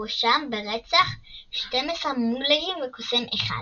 והואשם ברצח 12 מוגלגים וקוסם אחד,